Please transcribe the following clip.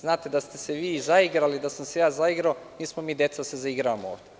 Znate, da ste se vi zaigrali, da sam se ja zaigrao, nismo mi deca da zaigravamo.